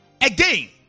again